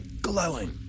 glowing